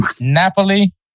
Napoli